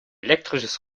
elektrisches